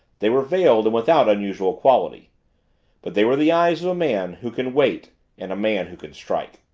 they were veiled and without unusual quality but they were the eyes of a man who can wait and a man who can strike.